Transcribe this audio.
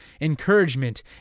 encouragement